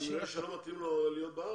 הוא יראה שלא מתאים לו להיות בארץ?